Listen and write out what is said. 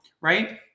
right